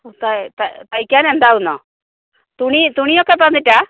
തയ്ക്കാൻ എന്താവുന്നോ തുണി തുണി തുണിയൊക്കെ തന്നിട്ടാണോ